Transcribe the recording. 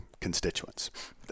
constituents